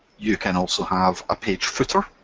you can also have a page footer,